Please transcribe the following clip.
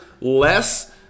less